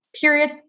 period